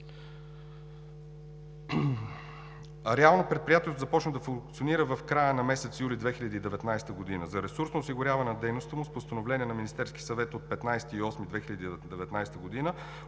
Реално предприятието започна да функционира в края на месец юли 2019 г. За ресурсно осигуряване на дейността му с Постановление на Министерския съвет от 15 август 2019 г.